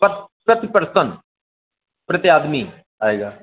प प्रति पर्सन प्रति आदमी आएगा